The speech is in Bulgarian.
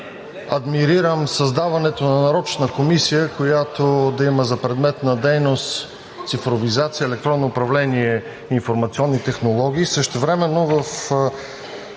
адмирирам създаването на нарочна комисия, която да има за предмет на дейност цифровизация, електронно управление, информационни технологии,